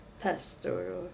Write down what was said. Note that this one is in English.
pastor